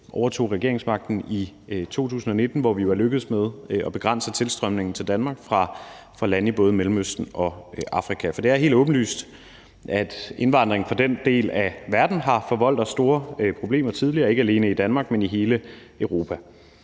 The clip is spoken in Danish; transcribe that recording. overtog regeringsmagten i 2019, hvor vi jo er lykkedes med at begrænse tilstrømningen til Danmark fra lande i både Mellemøsten og Afrika. Det er helt åbenlyst, at indvandringen fra den del af verden har forvoldt os store problemer tidligere, ikke alene i Danmark, men i hele Europa.